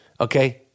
Okay